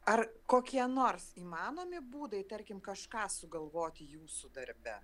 ar kokie nors įmanomi būdai tarkim kažką sugalvoti jūsų darbe